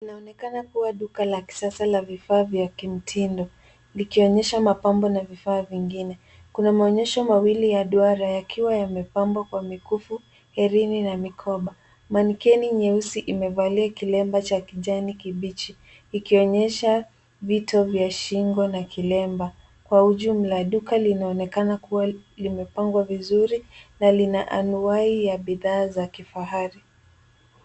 Inaonekana kuwa duka la kisasa la vifaa vya kimtindo. Likionyesha mapambo na vifaa vingine. Kuna maonyesho mawili ya duara yakiwa yamepambwa kwa mikufu, herini, na mikoba. Manikeni nyeusi imevalia kilemba cha kijani kibichi, ikionyesha vito vya shingo na kilemba. Kwa ujumla, duka linaonekana kuwa limepangwa vizuri, na lina anuwai ya bidhaa za kifahari.